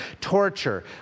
torture